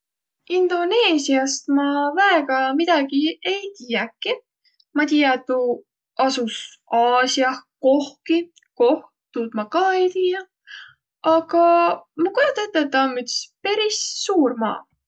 Indoneesiast ma väega midägi ei tiiäki. Ma tiiä, tuu asus Aasiah kohki, koh, tuud ma ka ei tiiäq, aga ma kujoda ette, et taa om üts peris suur maa.